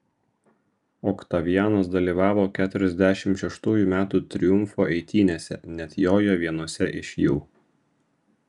oktavianas dalyvavo keturiasdešimt šeštųjų metų triumfo eitynėse net jojo vienose iš jų